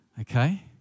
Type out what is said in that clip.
okay